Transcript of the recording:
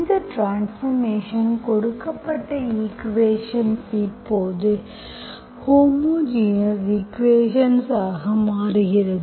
இந்த ட்ரான்ஸ்பார்மேஷன் கொடுக்கப்பட்ட ஈக்குவேஷன்ஸ் இப்போது ஹோமோஜினஸ் ஈக்குவேஷன்ஸ் ஆக மாறுகிறது